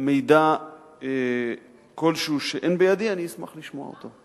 מידע כלשהו שאין בידי, אני אשמח לשמוע אותו.